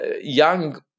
young